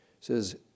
says